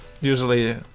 usually